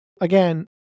Again